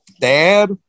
dad